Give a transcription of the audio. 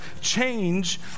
change